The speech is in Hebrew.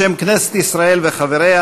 בשם כנסת ישראל וחבריה,